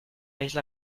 isla